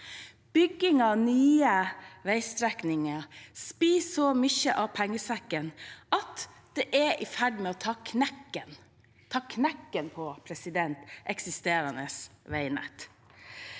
Bygging av nye veistrekninger spiser så mye av pengesekken at det er i ferd med å ta knekken på – ta knekken